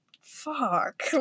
fuck